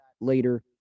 later